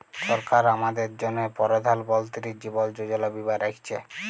সরকার আমাদের জ্যনহে পরধাল মলতিরি জীবল যোজলা বীমা রাখ্যেছে